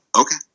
Okay